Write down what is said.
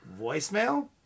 voicemail